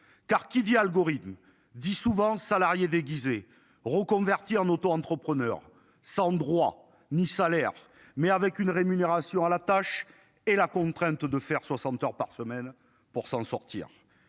Car qui dit algorithmes dit souvent salariés déguisés reconverti en auto entrepreneur sans droit ni salaire mais avec une rémunération à la tâche et la contrainte de faire 60 heures par semaine pour s'en sortir.